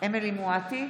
אמילי חיה מואטי,